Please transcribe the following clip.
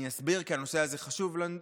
אני אסביר, כי הנושא הזה חשוב לנו.